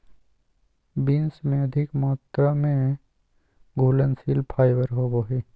beans में अधिक मात्रा में घुलनशील फाइबर होवो हइ